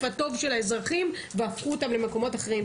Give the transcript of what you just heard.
הטוב של האזרחים והפכו אותם למקומות אחרים.